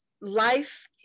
life